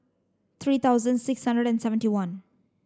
three thousand six hundred and seventy one